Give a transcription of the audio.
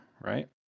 right